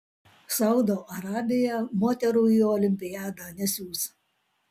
saudo arabija moterų į olimpiadą nesiųs